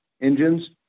engines